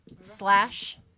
slash